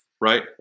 right